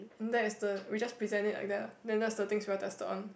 that is the we just present it like that lah then that's the thing we are tested on